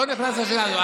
אני לא נכנס לשאלה הזו.